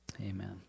Amen